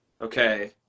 okay